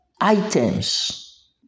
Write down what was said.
Items